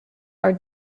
are